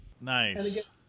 nice